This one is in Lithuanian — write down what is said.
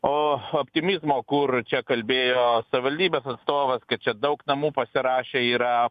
o optimizmo kur čia kalbėjo savivaldybės atstovas kad čia daug namų pasirašę yra